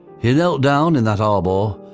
he knelt down in that arbour,